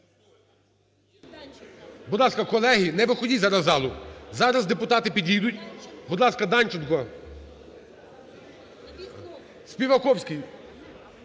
Будь ласка, колеги, не виходіть зараз із залу, зараз депутати підійдуть. Будь ласка, Данченко.Співаковський.